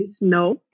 No